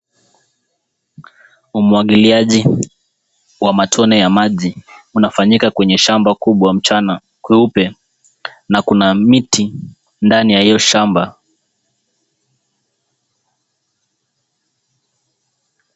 Umwagiliaji wa matone ya maji unafanyika kwenye shamba kubwa mchana kweupe na kuna miti ndani ya hio shamba.